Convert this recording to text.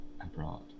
abroad